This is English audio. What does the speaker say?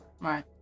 Right